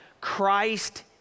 Christ